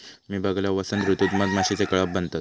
मी बघलंय, वसंत ऋतूत मधमाशीचे कळप बनतत